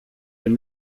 den